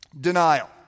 Denial